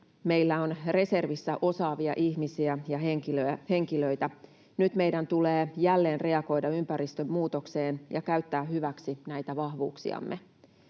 Meillä on reservissä osaavia ihmisiä ja henkilöitä. Nyt meidän tulee jälleen reagoida ympäristön muutokseen ja käyttää hyväksi näitä vahvuuksiamme.